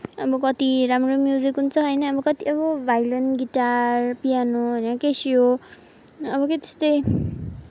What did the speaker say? अब कति राम्रो म्युजिक हुन्छ होइन अब कति अब भायोलिन गिटार पियानो होइन क्यासियो अब के त्यस्तै